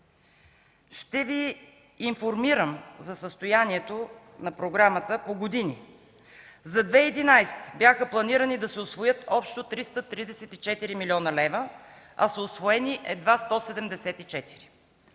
Ще Ви информирам за състоянието на програмата по години: за 2011 г. бяха планирани да се усвоят общо 334 млн. лв., а са усвоени едва 174;